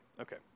Okay